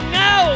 no